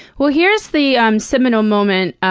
well, here's the um seminal moment,